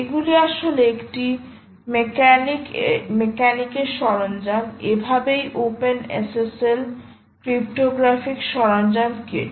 এগুলি আসলে একটি মেকানিক এর সরঞ্জাম এভাবেই OpenSSL ক্রিপ্টোগ্রাফিক সরঞ্জাম কিট